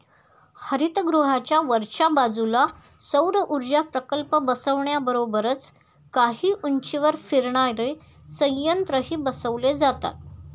हरितगृहाच्या वरच्या बाजूला सौरऊर्जा प्रकल्प बसवण्याबरोबरच काही उंचीवर फिरणारे संयंत्रही बसवले जातात